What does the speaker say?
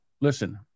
Listen